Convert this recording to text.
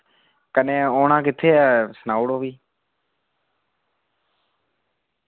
कन्नै औना कित्थे ऐ सनाउड़ो फ्ही